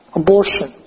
abortion